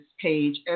page